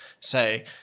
say